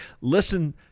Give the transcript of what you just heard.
listen